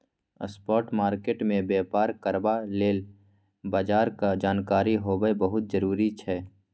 spot market मे बेपार करबा लेल बजारक जानकारी होएब बहुत जरूरी छै